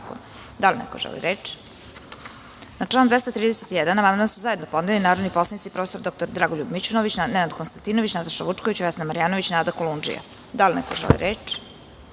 li neko želi reč? (Ne)Na član 231. amandman su zajedno podneli narodni poslanici prof. dr Dragoljub Mićunović, Nenad Konstantinović, Nataša Vučković, Vesna Marjanović i Nada Kolundžija. Da li neko želi reč?